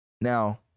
now